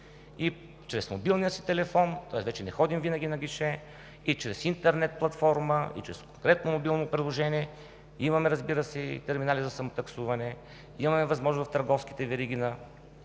И чрез мобилния си телефон – тоест вече не ходим винаги на гише, и чрез интернет платформа, и чрез конкретно мобилно приложение, имаме, разбира се, и терминали за самотаксуване, имаме възможност в търговските вериги на